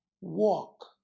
Walk